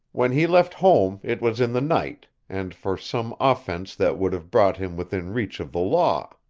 when he left home it was in the night, and for some offense that would have brought him within reach of the law.